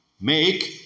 make